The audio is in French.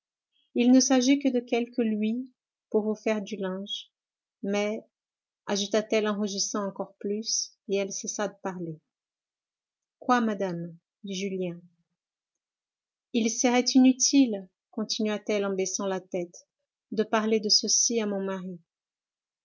il ne s'agit que de quelques louis pour vous faire du linge mais ajouta-t-elle en rougissant encore plus et elle cessa de parler quoi madame dit julien il serait inutile continua-t-elle en baissant la tête de parler de ceci à mon mari